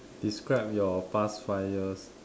describe your past five years